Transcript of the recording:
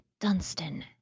dunstan